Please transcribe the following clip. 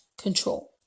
control